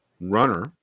runner